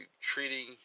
treating